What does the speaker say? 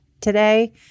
today